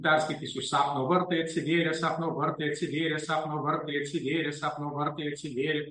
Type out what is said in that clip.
perskaitysiu sapno vartai atsivėrė sapno vartai atsivėrė sapno vartai atsivėrė sapno vartai atsivėrė